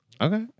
okay